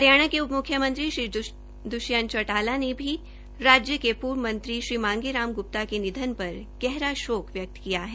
हरियाणा के उप मुख्यमंत्री श्री द्वष्यंत चौटाला ने भी राज्य के पूर्व मंत्री श्री मांगे राम गुप्ता के निधन पर गहरा शोक व्यक्त किया है